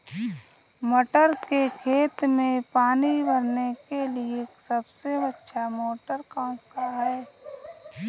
मटर के खेत में पानी भरने के लिए सबसे अच्छा मोटर कौन सा है?